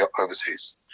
overseas